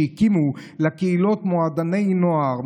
שהקימו לקהילות מועדוני נוער,